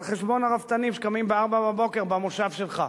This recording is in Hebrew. על חשבון הרפתנים שקמים ב-04:00 במושב שלך.